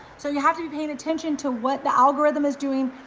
so you have to be paying attention to what the algorithm is doing,